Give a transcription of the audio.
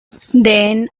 then